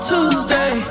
Tuesday